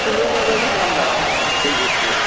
खुमब्राया जाजागोन थान्दा दै बुस्थु